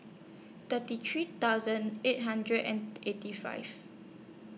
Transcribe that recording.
thirty three thousand eight hundred and eighty five